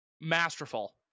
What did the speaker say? masterful